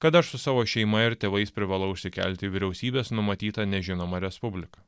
kad aš su savo šeima ir tėvais privalau išsikelti į vyriausybės numatytą nežinomą respubliką